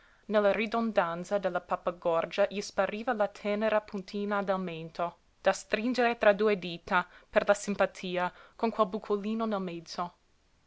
nella ridondanza della pappagorgia gli spariva la tenera puntina del mento da stringere tra due dita per la simpatia con quel bucolino nel mezzo